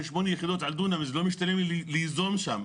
8 יחידות על דונם לא משתלם לי ליזום שם.